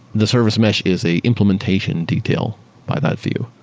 the service mesh is a implementation detail by that view,